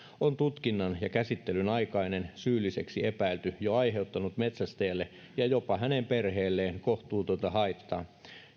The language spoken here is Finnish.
on tutkinnan ja käsittelyn aikainen syylliseksi epäily jo aiheuttanut metsästäjälle ja jopa hänen perheelleen kohtuutonta haittaa